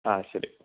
ആ ശരി